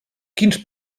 quins